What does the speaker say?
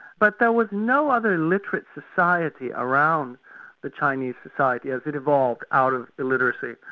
but there was no other literate society around the chinese society as it evolved out of illiteracy.